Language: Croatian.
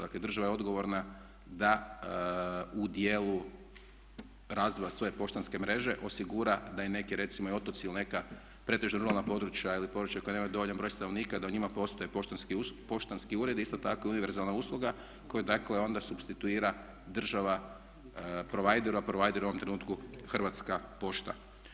Dakle država je odgovorna da u djelu razvoja svoje poštanske mreže osigura da neki recimo i otoci ili neka pretežno ruralna područja ili područja koja nemaju dovoljan broj stanovnika da u njima postoje poštanski uredi i isto tako univerzalna usluga koju dakle onda supstituira država provider, a provider u ovom trenutku je Hrvatska pošta.